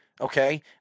Okay